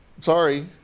Sorry